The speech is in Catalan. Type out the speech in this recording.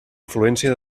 afluència